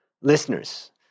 listeners